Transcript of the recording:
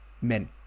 men